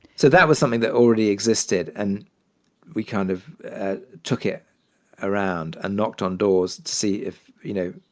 so that was something that already existed. and we kind of took it around and knocked on doors to see if, you know,